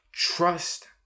Trust